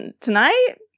tonight